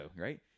right